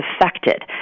affected